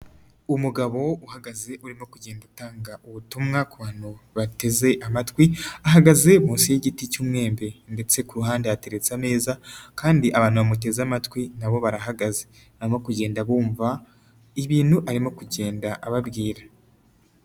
Umugabo uhagaze urimo kugenda utanga ubutumwa ku bantu bateze amatwi, ahagaze munsi y'igiti cy'umwembe ndetse kuruhande hateretse ameza kandi abantu bamuteze amatwi na bo barahagaze, barimo kugenda bumva ibintu arimo kugenda ababwira.